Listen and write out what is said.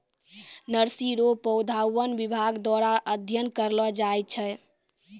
nursery रो पौधा वन विभाग द्वारा अध्ययन करलो जाय छै